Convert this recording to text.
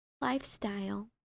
lifestyle